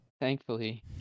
Thankfully